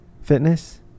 fitness